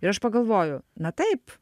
ir aš pagalvoju na taip